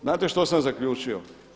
Znate što sam zaključio?